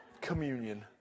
Communion